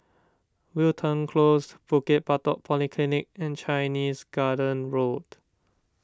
Wilton Close Bukit Batok Polyclinic and Chinese Garden Road